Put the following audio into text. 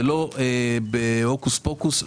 זה לא בהוקוס פוקוס.